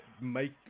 make